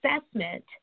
assessment